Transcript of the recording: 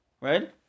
right